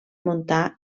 montà